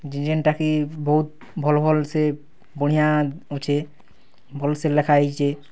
ଯେନ୍ ଯେନ୍ଟା କି ବହୁତ୍ ଭଲ୍ ଭଲ୍ସେ ବଢ଼ିଆଁ ଅଛେ ଭଲ୍ସେ ଲେଖା ହେଇଚେ